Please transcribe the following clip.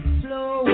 flow